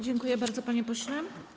Dziękuję bardzo, panie pośle.